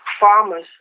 farmers